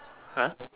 !huh!